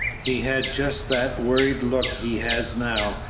he had just that worried look he has now,